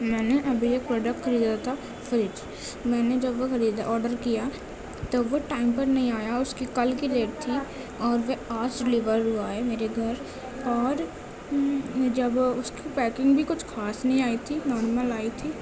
میں نے ابھی ایک پروڈکٹ خریدا تھا فریج میں نے جب وہ خریدا آرڈر کیا تب وہ ٹائم پر نہیں آیا اس کی کل کی ڈیٹ تھی اور وہ آج ڈلیور ہوا ہے میرے گھر اور جب اس کی پیکنگ بھی کچھ خاص نہیں آئی تھی نارمل آئی تھی